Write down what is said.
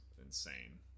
insane